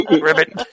Ribbit